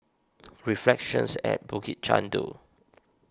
Reflections at Bukit Chandu